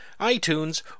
iTunes